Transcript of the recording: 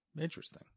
Interesting